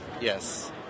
yes